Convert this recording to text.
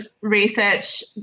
research